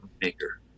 maker